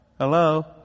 hello